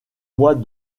mois